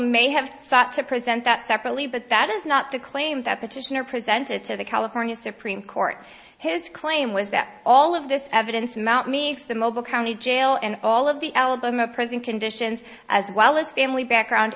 may have sought to present that separately but that is not the claim that petitioner presented to the california supreme court his claim was that all of this evidence mount me it's the mobile county jail and all of the album of prison conditions as well as family background